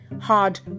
hard